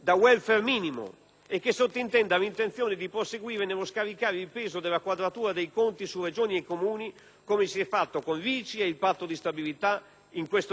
e che sottintenda l'intenzione di proseguire nello scaricare il peso della quadratura dei conti su Regioni e Comuni, come si è fatto con l'ICI e il Patto di stabilità in questo avvio di legislatura,